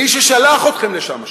מי ששלח אתכם לשם אשם.